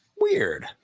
Weird